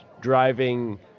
driving